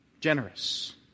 Generous